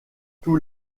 tous